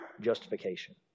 justification